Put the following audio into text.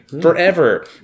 forever